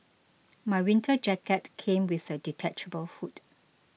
my winter jacket came with a detachable hood